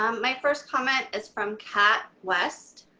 um my first comment is from kat west.